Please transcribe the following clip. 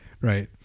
right